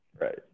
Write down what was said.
right